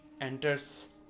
enters